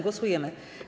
Głosujemy.